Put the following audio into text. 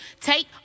take